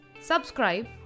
Subscribe